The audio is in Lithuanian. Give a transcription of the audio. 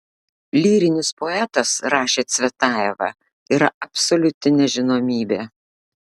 lyrinis poetas rašė cvetajeva yra absoliuti nežinomybė